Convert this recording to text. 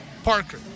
Parker